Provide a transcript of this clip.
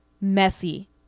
messy